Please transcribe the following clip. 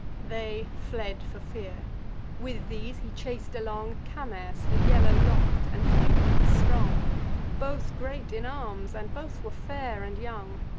they fled for fear with these, he chas'd along camers the yellow-lock'd, and numa strong both great in arms, and both were fair and young.